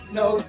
no